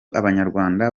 abanyarwanda